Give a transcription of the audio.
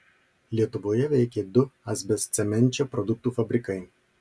lietuvoje veikė du asbestcemenčio produktų fabrikai